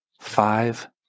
five